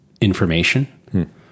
information